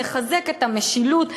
נחזק את המשילות,